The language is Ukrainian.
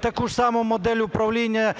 таку ж саму модель управління